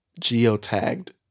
geotagged